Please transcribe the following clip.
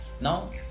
now